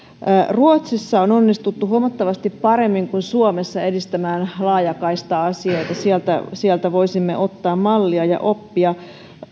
ruotsissa on onnistuttu huomattavasti paremmin kuin suomessa edistämään laajakaista asioita sieltä voisimme ottaa mallia ja oppia